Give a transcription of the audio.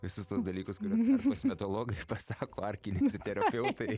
visus tuos dalykus kuriuos kosmetologai pasako ar kineziterapeutai